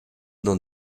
dans